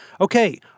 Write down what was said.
Okay